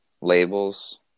labels